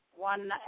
one